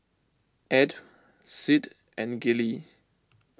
Edw Sid and Gillie